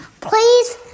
please